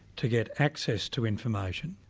to get access to information,